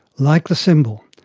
like the symbol,